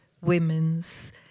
women's